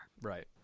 right